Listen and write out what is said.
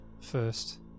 first